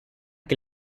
que